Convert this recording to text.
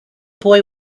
boy